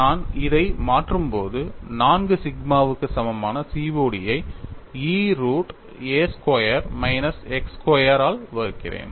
நான் இதை மாற்றும் போது 4 சிக்மாவுக்கு சமமான COD ஐ E root a square minus x square ஆல் வகுக்கிறேன்